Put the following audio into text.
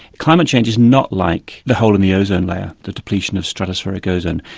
climate change is not like the hole in the ozone layer, the depletion of stratospheric ozone,